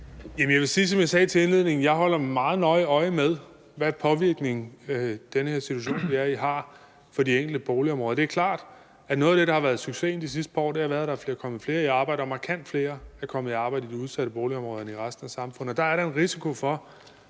jeg vil sige, som jeg sagde til indledning: Jeg holder meget nøje øje med, hvad påvirkning den her situation, vi er i, har for de enkelte boligområder. Det er klart, at noget af det, der har været succesen de sidste par år, har været, at der er kommet flere i arbejde, og at markant flere er kommet i arbejde i de udsatte boligområder end i resten af samfundet.